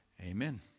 Amen